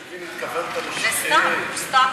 זה סתם.